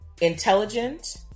intelligent